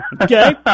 Okay